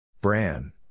Bran